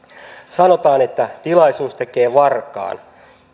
sanotaan että tilaisuus tekee varkaan